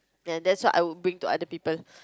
ya that's what I would bring to other people